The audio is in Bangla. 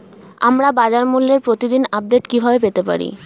আমরা বাজারমূল্যের প্রতিদিন আপডেট কিভাবে পেতে পারি?